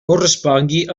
correspongui